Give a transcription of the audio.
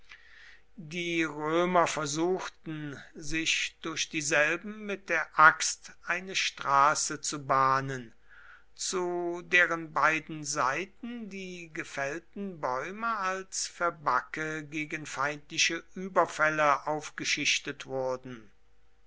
die römer versuchten sich durch dieselben mit der axt eine straße zu bahnen zu deren beiden seiten die gefällten bäume als verbacke gegen feindliche überfälle aufgeschichtet wurden